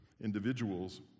individuals